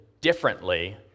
differently